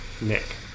Nick